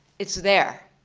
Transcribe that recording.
it's there.